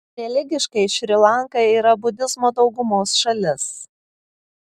religiškai šri lanka yra budizmo daugumos šalis